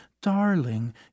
Darling